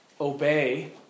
obey